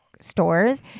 stores